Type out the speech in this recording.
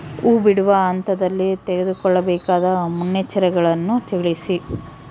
ಹೂ ಬಿಡುವ ಹಂತದಲ್ಲಿ ತೆಗೆದುಕೊಳ್ಳಬೇಕಾದ ಮುನ್ನೆಚ್ಚರಿಕೆಗಳನ್ನು ತಿಳಿಸಿ?